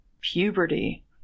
puberty